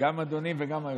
גם "אדוני" וגם "היושב-ראש".